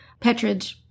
Petridge